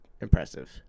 impressive